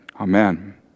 Amen